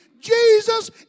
Jesus